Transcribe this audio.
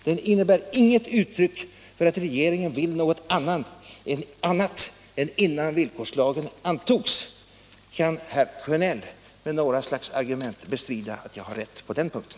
Den innebär inget uttryck för att regeringen vill någonting annat än innan villkorslagen antogs. Kan herr Sjönell med några slags argument bestrida att jag har rätt på den punkten?